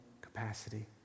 capacity